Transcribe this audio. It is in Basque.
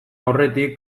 aurretik